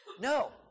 No